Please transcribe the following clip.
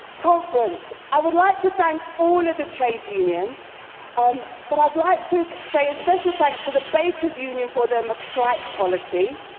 conference, i would like to thank all of the trade unions um but i would like to say a special thanks to the baker as union for the mcstrike policy